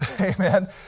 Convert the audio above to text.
amen